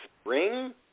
spring